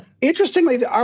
Interestingly